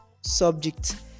subject